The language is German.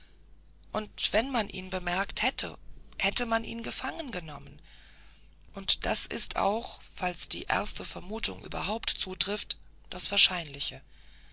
und wenn man ihn bemerkte hätte man ihn gefangen genommen und das ist auch falls die erste vermutung überhaupt zutrifft das wahrscheinliche